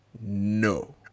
no